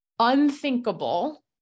unthinkable